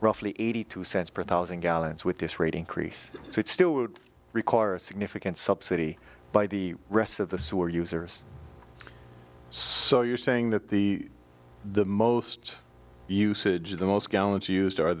roughly eighty two cents per thousand gallons with this rate increase so it still would require a significant subsidy by the rest of the sewer users so you're saying that the the most usage of the most gallons used